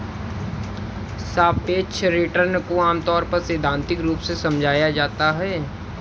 सापेक्ष रिटर्न को आमतौर पर सैद्धान्तिक रूप से समझाया जाता है